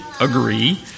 agree